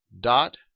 dot